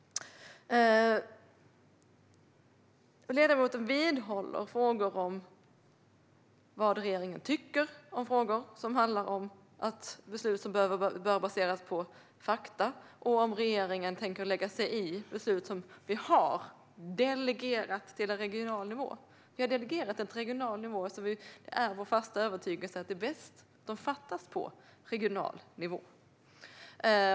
Ledamoten håller sig kvar vid vad regeringen tycker om frågor som handlar om beslut som behöver baseras på fakta och huruvida regeringen tänker lägga sig i beslut som vi har delegerat till regional nivå. Vi har delegerat dem till regional nivå eftersom vår fasta övertygelse är att det är bäst att de fattas på regional nivå.